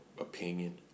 opinion